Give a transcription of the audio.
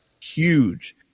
huge